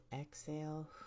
exhale